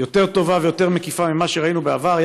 יותר טובה ויותר מקיפה ממה שראינו בעבר.